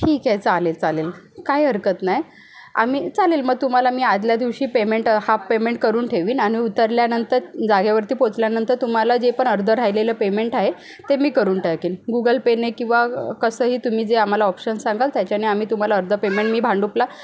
ठीक आहे चालेल चालेल काय हरकत नाय आम्ही चालेल मग तुम्हाला मी आधल्या दिवशी पेमेंट हाप पेमेंट करून ठेवीन आणि उतरतल्यानंतर जागेवरती पोहोचल्यानंतर तुम्हाला जे पण अर्धं राहिलेलं पेमेंट आहे ते मी करून टाकीन गुगल पे ने किंवा कसंही तुम्ही जे आम्हाला ऑप्शन सांगाल त्याच्याने आम्ही तुम्हाला अर्धं पेमेंट मी भांडुपला